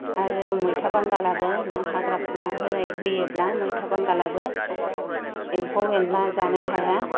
आरो मैथा बांगालाबो नों हाग्रा फुना होनाय होयोब्ला मैथा बांगालाबो एम्फौ एनला जानो हाया